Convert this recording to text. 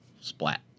splat